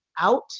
out